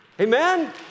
Amen